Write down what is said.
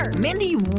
um mindy,